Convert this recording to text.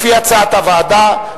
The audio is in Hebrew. לפי הצעת הוועדה.